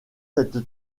cette